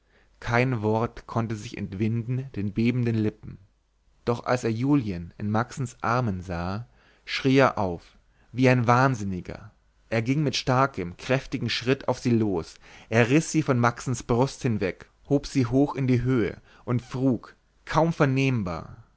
kein wort konnte sich entwinden den bebenden lippen doch als er julien in maxens armen sah schrie er laut auf wie ein wahnsinniger er ging mit starkem kräftigen schritt auf sie los er riß sie von maxens brust hinweg hob sie hoch in die höhe und frug kaum vernehmbar